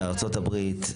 בארצות הברית,